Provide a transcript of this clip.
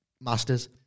Masters